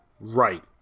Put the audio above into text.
right